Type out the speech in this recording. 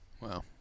Wow